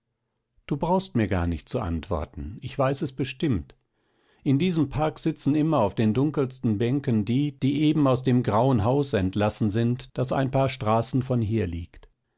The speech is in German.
du brauchst mir gar nicht zu antworten ich weiß es bestimmt in diesem park sitzen immer auf den dunkelsten bänken die die eben aus dem grauen haus entlassen sind das ein paar straßen von hier liegt